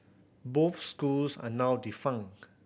both schools are now defunct